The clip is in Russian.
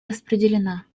распределена